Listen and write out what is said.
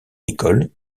écoles